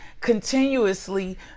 continuously